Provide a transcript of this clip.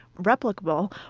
replicable